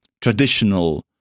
traditional